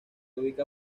ubica